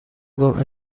گفت